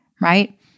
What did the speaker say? right